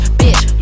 bitch